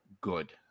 good